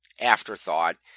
afterthought